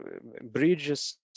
bridges